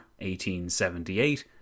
1878